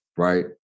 Right